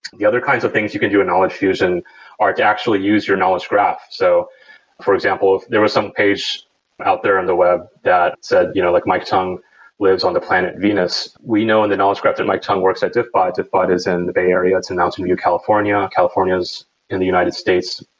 the other kinds of things you can do in knowledge fusion are to actually use your knowledge graph. so for example, there was some page out there on the web that said you know like mike tung lives on the planet venus. we know in that knowledge graph that mike tung works at diffbot. diffbot is in the bay area. it's in mountain view, california. california is in the united states,